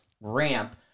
ramp